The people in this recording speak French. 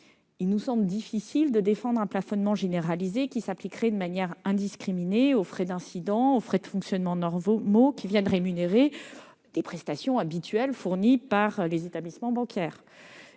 Il nous paraît difficile de défendre un plafonnement généralisé qui s'appliquerait de manière indiscriminée aux frais d'incidents et aux frais de fonctionnement normaux, lesquels rémunèrent des prestations habituelles fournies par les établissements bancaires.